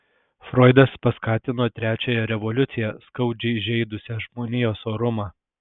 froidas paskatino trečiąją revoliuciją skaudžiai žeidusią žmonijos orumą